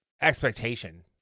expectation